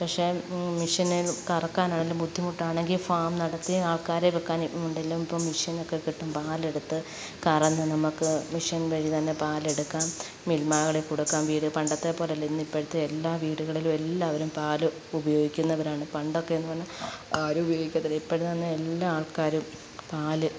പക്ഷേ മിഷെനിൽ കറക്കാനാണെങ്കിലും ബുദ്ധിമുട്ടാണെങ്കിൽ ഫാം നടത്തി ആൾക്കാരെ വെക്കാനുണ്ടെല്ലോ ഇപ്പം മിഷ്യനൊക്കെ കിട്ടും പാലെടുത്ത് കറന്ന് നമ്മൾക്ക് മിഷ്യൻ വഴി തന്നെ പാലെടുക്കാം മിൽമകളിൽ കൊടുക്കാം വീട് പണ്ടത്തെ പോലയല്ല ഇന്ന് ഇപ്പോഴത്തെ എല്ലാ വീടുകളിലും എല്ലാവരും പാൽ ഉപയോഗിക്കുന്നവരാണ് പണ്ടൊക്കെയെന്ന് പറഞ്ഞാൽ ആരും ഉപയോഗിക്കത്തില്ല ഇപ്പോഴെന്നു പറഞ്ഞാൽ എല്ലാ ആൾക്കാരും പാൽ